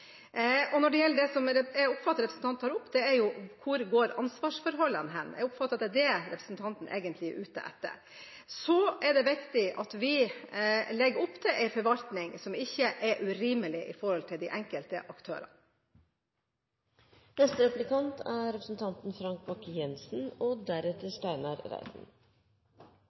situasjonen. Når det gjelder det som jeg oppfatter at representanten tar opp, ansvarsforholdene – jeg oppfatter det slik at det er det representanten egentlig er ute etter – er det viktig at vi legger opp til en forvaltning som ikke er urimelig for de enkelte aktørene. Leveringsforpliktelsene har i månedsvis vært et viktig og hett tema nordpå. Formålet med leveringsforpliktelsene er